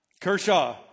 Kershaw